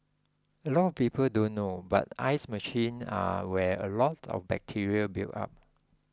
a lot of people don't know but ice machines are where a lot of bacteria builds up